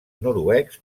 noruecs